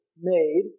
made